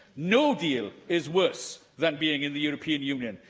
no deal is worse than being in the european union.